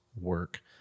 work